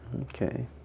Okay